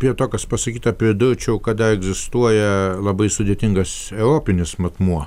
prie to kas pasakyta pridurčiau kad dar egzistuoja labai sudėtingas europinis matmuo